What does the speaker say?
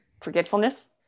forgetfulness